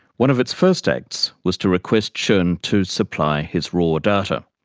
one of its first acts was to request schon to supply his raw data.